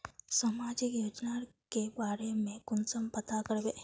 सामाजिक योजना के बारे में कुंसम पता करबे?